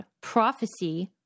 prophecy